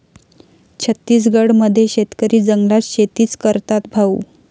छत्तीसगड मध्ये शेतकरी जंगलात शेतीच करतात भाऊ